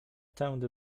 tędy